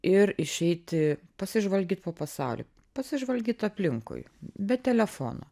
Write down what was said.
ir išeiti pasižvalgyt po pasaulį pasižvalgyt aplinkui bet telefono